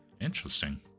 Interesting